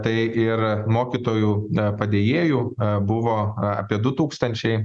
tai ir mokytojų padėjėjų buvo apie du tūkstančiai